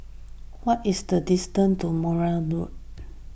what is the distance to Mowbray Road